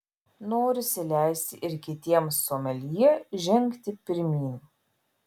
norisi leisti ir kitiems someljė žengti pirmyn